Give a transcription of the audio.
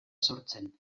sortzen